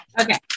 Okay